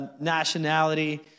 nationality